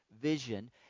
vision